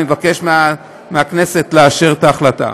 אני מבקש מהכנסת לאשר את ההחלטה.